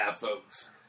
folks